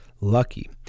lucky